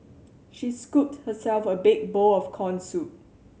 she scooped herself a big bowl of corn soup